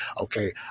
Okay